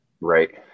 Right